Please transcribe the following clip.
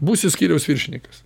būsi skyriaus viršininkas